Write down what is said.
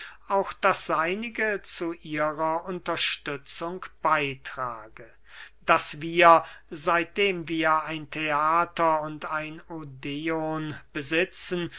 auch das seinige zu ihrer unterstützung beytrage daß wir seitdem wir ein theater und ein odeon besitzen